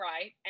right